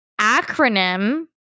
acronym